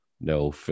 no